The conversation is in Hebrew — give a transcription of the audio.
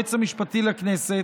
והיועץ המשפטי לכנסת,